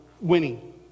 winning